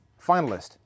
Finalist